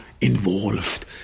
involved